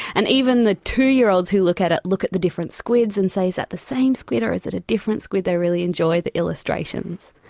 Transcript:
and even the two-year-olds who look at it look at the different squids and say, is that the same squid or is it a different squid? they really enjoy the illustrations.